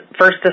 first